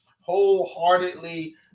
wholeheartedly